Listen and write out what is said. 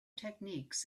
techniques